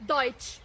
Deutsch